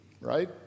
right